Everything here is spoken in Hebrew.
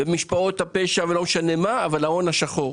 במשפחות הפשע ולא משנה מה, אבל ההון השחור.